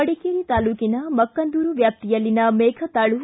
ಮಡಿಕೇರಿ ತಾಲೂಟನ ಮಕ್ಕಂದೂರು ವ್ಯಾಪ್ತಿಯಲ್ಲಿನ ಮೇಫತ್ತಾಳು